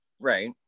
Right